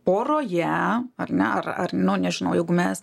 poroje ar ne ar ar nu nežinau jeigu mes